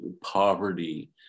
poverty